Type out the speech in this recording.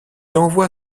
envoie